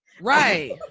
Right